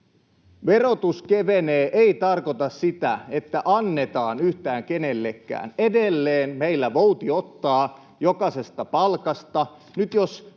verotus kevenee, ei tarkoita sitä, että annetaan yhtään kenellekään. Edelleen meillä vouti ottaa jokaisesta palkasta.